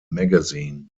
magazine